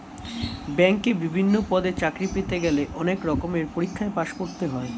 ব্যাংকে বিভিন্ন পদে চাকরি পেতে গেলে অনেক রকমের পরীক্ষায় পাশ করতে হয়